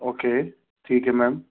okay ٹھیک ہے میم